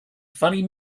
funny